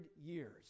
years